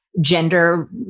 Gender